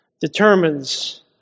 determines